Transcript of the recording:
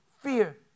fear